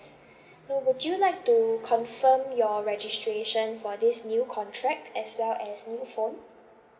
so would you like to confirm your registration for this new contract as well as new phone